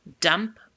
dump